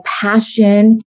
passion